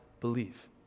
believe